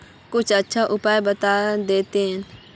कुछ अच्छा उपाय बता देतहिन?